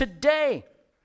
Today